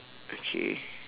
okay